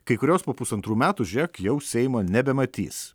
kai kurios po pusantrų metų žiūrėk jau seimo nebematys